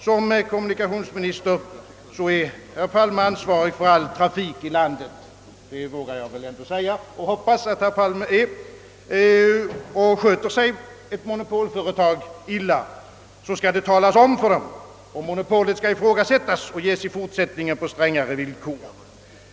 Som kommunikationsminister är herr Palme ansvarig för all trafik i landet — det vågar jag väl ändå säga, och jag hoppas att det förhåller sig så. Sköter sig ett monopolföretag illa, skall detta talas om för företagledning och monopolställningen ifrågasättas eller i fortsättningen ges på strängare villkor.